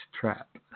trap